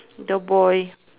the boy